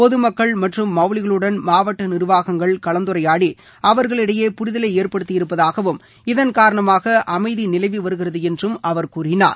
பொதுமக்கள் மற்றும் மௌலிகளுடன் மாவட்ட நிர்வாகங்கள் கலந்துரையாடி அவர்களிடையே புரிதலை ஏற்படுத்தியிருப்பதாகவும் இதன் காரணமாக அமைதி நிலவி வருகிறது என்றும் கூறினார்